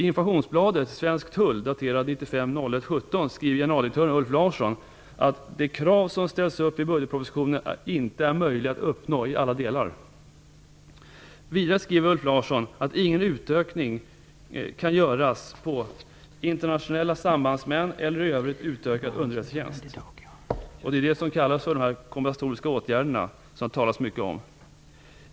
januari 1995 skriver generaldirektör Ulf Larsson att det krav som ställs upp i budgetpropositionen inte är möjligt att uppnå i alla delar. Vidare skriver Ulf Larsson att ingen utökning kan göras på internationella sambandsmän eller i övrigt utökad underrättelsetjänst. Det är det som kallas för de kompensatoriska åtgärderna.